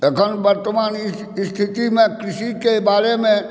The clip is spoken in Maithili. अखन वर्तमान स्थितिमे कृषिके बारेमे